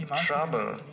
trouble